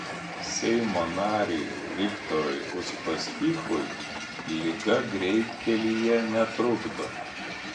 seimo nariui viktorui uspaskichui liga greitkelyje netrukdo